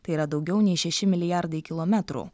tai yra daugiau nei šeši milijardai kilometrų